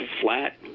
flat